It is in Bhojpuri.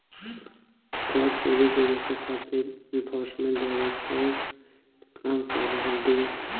कर चोरी के रोके खातिर एनफोर्समेंट डायरेक्टरेट काम कर रहल बिया